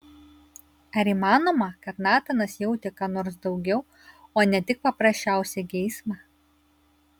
ar įmanoma kad natanas jautė ką nors daugiau o ne tik paprasčiausią geismą